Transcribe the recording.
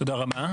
תודה רבה.